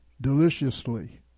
deliciously